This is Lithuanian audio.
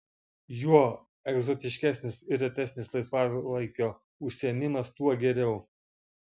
juo egzotiškesnis ir retesnis laisvalaikio užsiėmimas tuo geriau